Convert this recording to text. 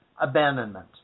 abandonment